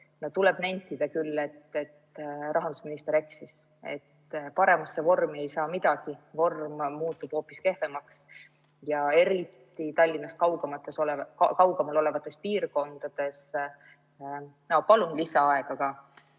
Tuleb nentida, et rahandusminister eksis. Paremasse vormi ei saa midagi, vorm muutub hoopis kehvemaks, eriti Tallinnast kaugemal olevates piirkondades ... Palun lisaaega.